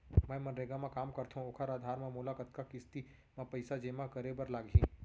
मैं मनरेगा म काम करथो, ओखर आधार म मोला कतना किस्ती म पइसा जेमा करे बर लागही?